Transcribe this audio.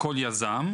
לכל אדם.